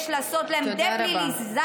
יש לעשות להן דה-פליליזציה.